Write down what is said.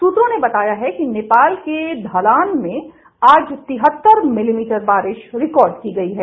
सूत्रों ने बताया है कि नेपाल के धरान में आज तिहत्तर मिलीमीटर बारिश रिकॉर्ड की गयी है